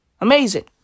Amazing